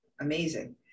amazing